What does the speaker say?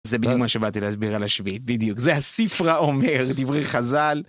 זה בדיוק מה שבאתי להסביר על השביעי, בדיוק, זה הספרה אומר, דברי חזל.